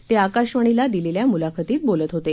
ते आकाशवाणीला दिलेल्या मुलाखतीत बोलत होते